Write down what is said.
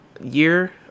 year